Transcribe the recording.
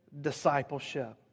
discipleship